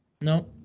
no